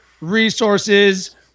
resources